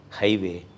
highway